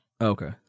Okay